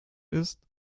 ist